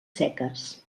seques